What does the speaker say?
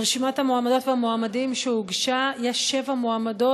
ברשימת המועמדות והמועמדים שהוגשה יש שבע מועמדות.